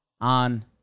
on